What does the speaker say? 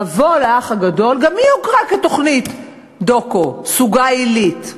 גם היא הוכרה כתוכנית דוקו, סוגה עילית.